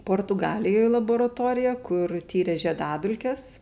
portugalijoj laboratorija kur tyrė žiedadulkes